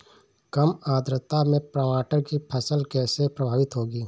कम आर्द्रता में टमाटर की फसल कैसे प्रभावित होगी?